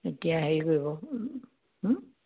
এতিয়া হেৰি কৰিব